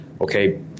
Okay